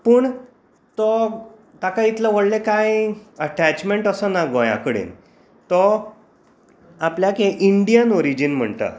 पूण तो ताका इतलें व्हडलें कांय एटेचमेन्ट असो ना गोंया कडेन तो आपल्यांक हें इंडियन ओरिजीन म्हणटा